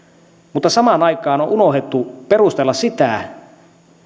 mutta samaan aikaan on unohdettu perustella sitä